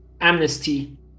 amnesty